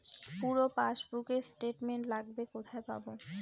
পুরো পাসবুকের স্টেটমেন্ট লাগবে কোথায় পাব?